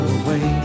away